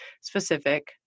specific